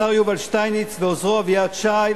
השר יובל שטייניץ ועוזרו אביעד שי,